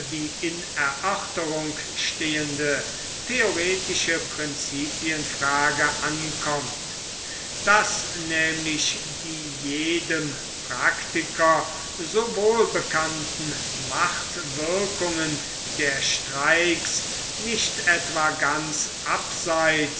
die in erörterung stehende theoretische prinzipienfrage ankommt daß nämlich die jedem praktiker so wohlbekannten machtwirkungen der streiks nicht etwa ganz abseits